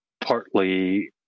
Partly